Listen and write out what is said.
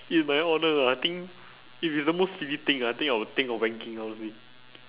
in my honour ah I think if it's the most silly thing ah I think I will think of wanking honestly